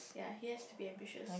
ya he has to be ambitious